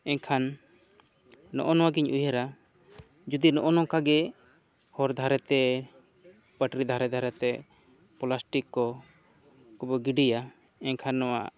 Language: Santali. ᱮᱱᱠᱷᱟᱱ ᱱᱚᱜᱼᱚ ᱱᱚᱣᱟ ᱜᱤᱧ ᱩᱭᱦᱟᱹᱨᱟ ᱡᱩᱫᱤ ᱱᱚᱜᱼᱚ ᱱᱚᱝᱠᱟᱜᱮ ᱦᱚᱨ ᱫᱷᱟᱨᱮᱛᱮ ᱯᱟᱹᱴᱨᱤ ᱫᱷᱟᱨᱮ ᱫᱷᱟᱨᱮ ᱛᱮ ᱯᱞᱟᱥᱴᱤᱠ ᱠᱚᱠᱚ ᱜᱤᱰᱤᱭᱟ ᱮᱱᱠᱷᱟᱱ ᱱᱚᱣᱟ